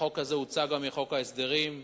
החוק הזה הוצא מחוק ההסדרים,